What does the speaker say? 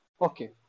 Okay